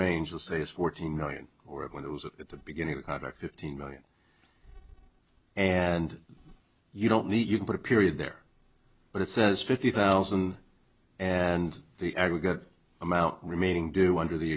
range will say it's fourteen million or when it was at the beginning to conduct fifteen million and you don't need you can put a period there but it says fifty thousand and the aggregate amount remaining do under the